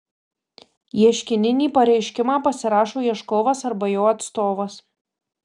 ieškininį pareiškimą pasirašo ieškovas arba jo atstovas